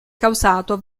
causato